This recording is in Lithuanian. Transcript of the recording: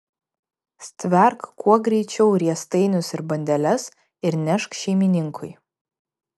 stverk kuo greičiau riestainius ir bandeles ir nešk šeimininkui